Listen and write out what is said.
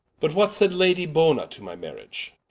but what said lady bona to my marriage?